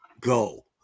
Go